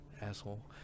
asshole